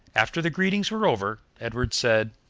after the greetings were over, edward said,